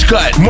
Cut